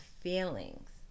feelings